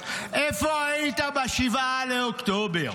איפה היית ב-7 באוקטובר?